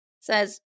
says